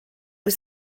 was